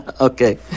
Okay